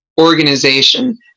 organization